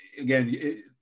again